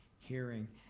hearing,